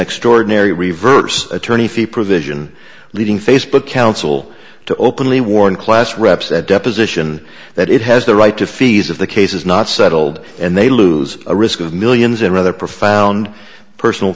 extraordinary reverse attorney provision leading facebook council to openly warn class reps at deposition that it has the right to fees if the case is not settled and they lose a risk of millions and rather profound personal